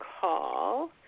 Call